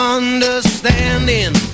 understanding